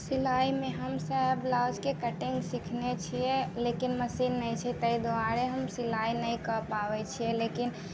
सिलाइमे हम सभ ब्लाउजके कटिंग सिखने छियै लेकिन मशीन नहि छै ताहि दुआरे हम सिलाइ नहि कऽ पाबै छियै लेकिन